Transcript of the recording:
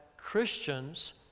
Christians